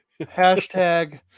Hashtag